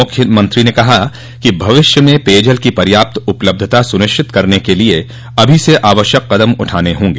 मुख्यमंत्री ने कहा कि भविष्य में पेयजल की पर्याप्त उपलब्धता सुनिश्चित करने के लिए अभी से आवश्यक कदम उठाने होंग